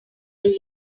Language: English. ears